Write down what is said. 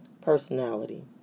personality